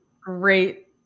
great